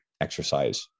exercise